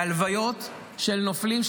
בהלוויות של נופלים,